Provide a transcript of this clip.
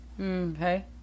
Okay